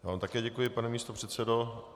Já vám také děkuji, pane místopředsedo.